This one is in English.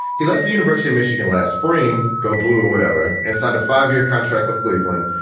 he left the university of michigan last spring, go blue or whatever, and signed a five year contract with cleveland,